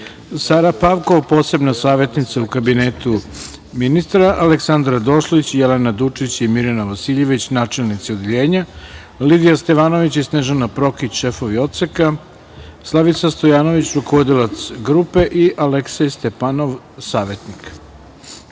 Sara Pavkov, posebna savetnica u Kabinetu ministra, Aleksandra Došlić, Jelena Dučić i Mirjana Vasiljević, načelnici odeljenja, Lidija Stevanović i Snežana Prokić, šefovi Odseka, Slavica Stojanović, rukovodilac Grupe, i Aleksej Stepanov, savetnik. Primili